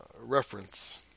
reference